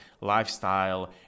lifestyle